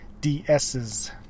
DS's